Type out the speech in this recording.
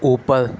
اوپر